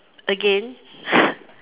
again